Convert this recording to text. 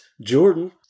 Jordan